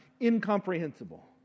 incomprehensible